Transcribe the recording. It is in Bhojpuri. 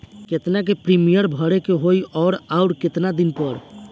केतना के प्रीमियम भरे के होई और आऊर केतना दिन पर?